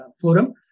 forum